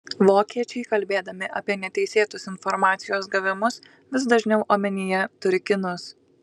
vokiečiai kalbėdami apie neteisėtus informacijos gavimus vis dažniau omenyje turi kinus